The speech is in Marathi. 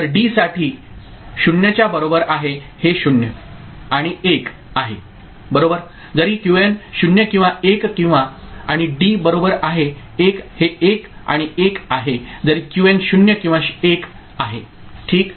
तर डी साठी 0 च्या बरोबर आहे हे 0 आणि 1 आहे बरोबर जरी क्यूएन 0 किंवा 1 किंवा आणि डी बरोबर आहे 1 हे 1 आणि 1 आहे जरी क्यूएन 0 किंवा 1 आहे ठीक